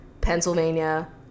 Pennsylvania